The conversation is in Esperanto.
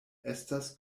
estas